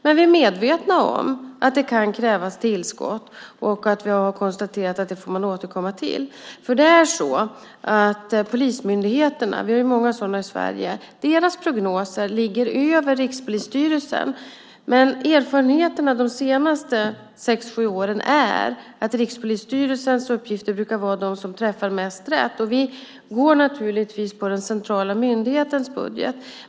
Men vi är medvetna om att det kan krävas tillskott, och vi har konstaterat att man får återkomma till det. Polismyndigheternas - vi har många sådana i Sverige - prognoser ligger över Rikspolisstyrelsens. Men erfarenheterna under de senaste sex sju åren är att Rikspolisstyrelsens uppgifter brukar träffa mest rätt, och vi går naturligtvis på den centrala myndighetens budget.